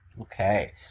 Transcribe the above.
Okay